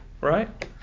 right